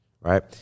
Right